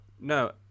No